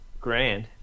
grand